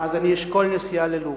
אני אשקול נסיעה ללוב.